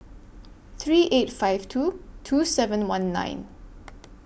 three eight five two two seven one nine